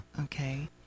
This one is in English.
Okay